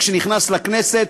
כשנכנס לכנסת,